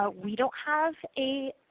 ah we don't have a